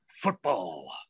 Football